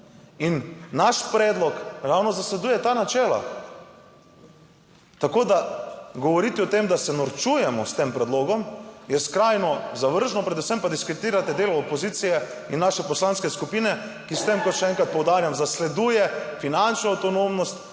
In naš predlog ravno zasleduje ta načela, tako da govoriti o tem, da se norčujemo s tem predlogom, je skrajno zavržno, predvsem pa diskreditirate delo opozicije in naše poslanske skupine, ki s tem, kot še enkrat poudarjam, zasleduje finančno avtonomnost